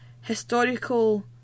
historical